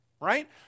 right